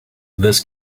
this